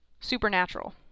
supernatural